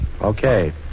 Okay